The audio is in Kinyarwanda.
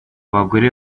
bagore